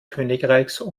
königreichs